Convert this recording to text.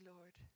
Lord